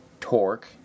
torque